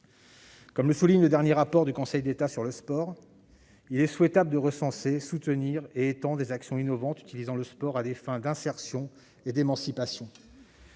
Comme le souligne le dernier rapport du Conseil d'État sur le sport, il est « souhaitable de recenser, soutenir et étendre les actions innovantes utilisant le sport à des fins d'insertion et d'émancipation